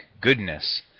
goodness